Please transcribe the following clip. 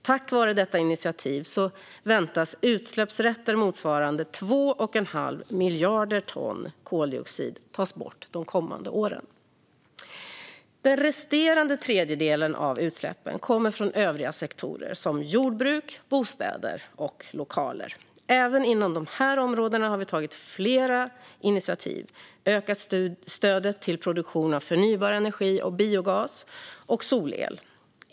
Tack vare detta initiativ väntas utsläppsrätter motsvarande 2,5 miljarder ton koldioxid tas bort de kommande åren. Den resterande tredjedelen av utsläppen kommer från övriga sektorer, som jordbruk, bostäder och lokaler. Även inom de här områdena har vi tagit flera initiativ och ökat stödet till produktion av förnybar energi, som biogas och solel.